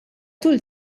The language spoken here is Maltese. tul